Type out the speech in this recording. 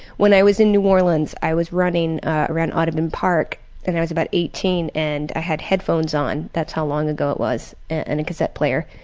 when i was in new orleans, i was running around ottoman park and i was eighteen and i had headphones on, that's how long ago it was, and a cassette player,